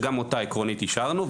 שגם אותה עקרונית אישרנו.